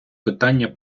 питання